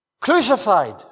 Crucified